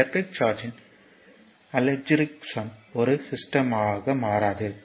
electric சார்ஜ்யின் algebraic sum ஒரு system மாறாது